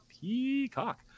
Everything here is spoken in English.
Peacock